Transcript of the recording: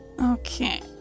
Okay